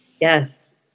Yes